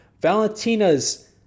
Valentina's